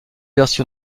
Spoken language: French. version